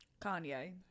Kanye